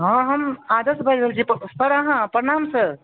हँ हम आदर्श बाजि रहल छी सर अहाँ प्रणाम सर